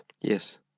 Yes